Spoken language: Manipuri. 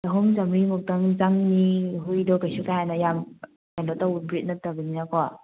ꯆꯍꯨꯝ ꯆꯃꯔꯤ ꯃꯨꯛꯇꯪ ꯆꯪꯒꯅꯤ ꯍꯨꯏꯗꯣ ꯀꯩꯁꯨ ꯀꯥ ꯍꯦꯟꯅ ꯌꯥꯝ ꯀꯩꯅꯣ ꯇꯧꯕ ꯕ꯭ꯔꯤꯗ ꯅꯠꯇꯕꯅꯤꯅꯀꯣ